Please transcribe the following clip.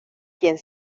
quién